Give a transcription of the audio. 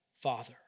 Father